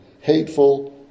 hateful